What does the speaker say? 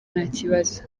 ntakibazo